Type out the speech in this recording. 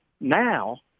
now